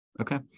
Okay